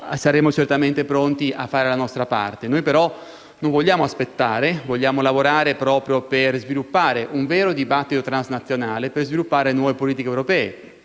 saremo certamente pronti a fare la nostra parte. Noi però non vogliamo aspettare; vogliamo lavorare per creare un vero dibattito transnazionale e sviluppare le politiche europee,